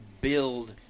build